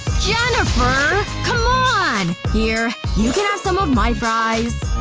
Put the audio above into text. jennifer! come on! here. you can have some of my fries